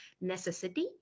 necessity